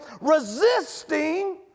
resisting